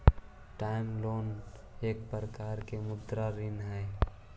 term loan एक प्रकार के मौदृक ऋण हई